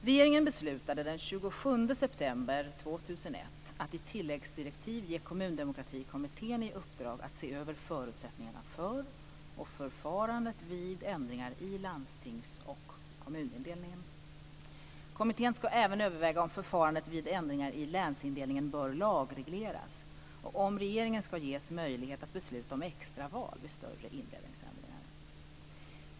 Regeringen beslutade den 27 september 2001 att i tilläggsdirektiv ge Kommundemokratikommittén i uppdrag att se över förutsättningarna för och förfarandet vid ändringar i landstings och kommunindelningen. Kommittén ska även överväga om förfarandet vid ändringar i länsindelningen bör lagregleras och om regeringen ska ges möjlighet att besluta om extra val vid större indelningsändringar.